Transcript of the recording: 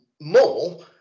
more